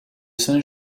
saint